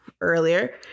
earlier